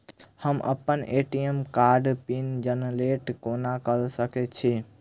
हम अप्पन ए.टी.एम कार्डक पिन जेनरेट कोना कऽ सकैत छी?